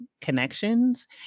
connections